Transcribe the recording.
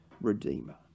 redeemer